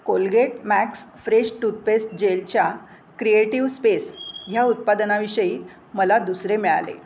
Colgate max fresh toothpaste जेलच्या creative space ह्या उत्पादनाविषयी मला दुसरे मिळाले